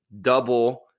double